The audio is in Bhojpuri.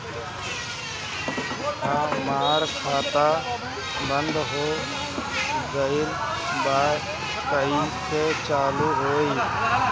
हमार खाता बंद हो गइल बा कइसे चालू होई?